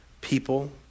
people